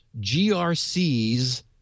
GRCS